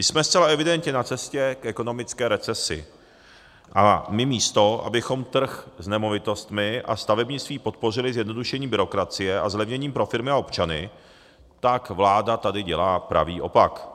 Jsme zcela evidentně na cestě k ekonomické recesi, a my místo abychom trh s nemovitostmi a stavebnictví podpořili zjednodušením byrokracie a zlevněním pro firmy a občany, tak vláda tady dělá pravý opak.